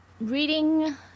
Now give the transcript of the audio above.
reading